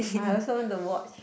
I also want to watch